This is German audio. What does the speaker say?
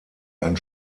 ein